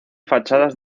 fachadas